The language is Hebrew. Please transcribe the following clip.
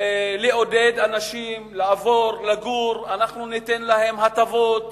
לעודד אנשים לעבור לגור, אנחנו ניתן להם הטבות,